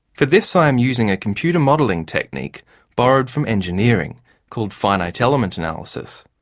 for this i am using a computer modelling technique borrowed from engineering called finite element analysis.